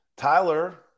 Tyler